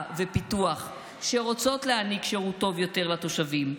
ופיתוח שרוצות להעניק שירות טוב יותר לתושבים,